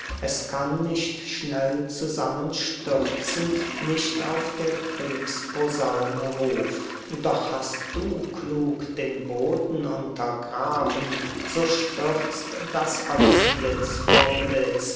es kann nicht schnell zusammenstürzen nicht auf der kriegsposaune ruf doch hast du klug den boden untergraben so stürzt das alles blitz